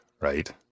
right